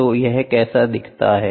तो यह कैसा दिखता है